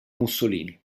mussolini